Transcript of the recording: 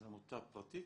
זו עמותה פרטית?